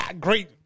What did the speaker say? great